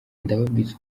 ndababwiza